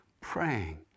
praying